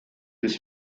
des